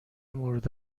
مورد